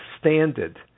standard